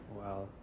Wow